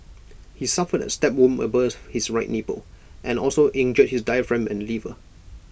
he suffered A stab wound above his right nipple and also injured his diaphragm and liver